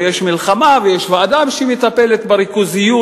ויש מלחמה ויש ועדה שמטפלת בריכוזיות,